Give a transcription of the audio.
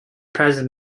present